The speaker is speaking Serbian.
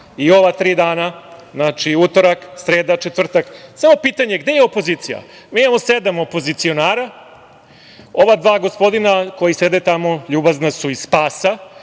i ova tri dana, utorak, sreda, četvrtak, samo pitanje – gde je opozicija? Mi imamo sedam opozicionara. Ova dva gospodina koja sede tamo, ljubazna su, iz